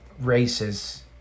races